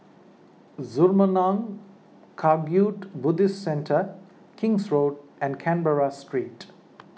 Zurmang Kagyud Buddhist Centre King's Road and Canberra Street